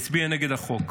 יצביע נגד החוק.